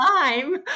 time